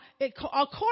according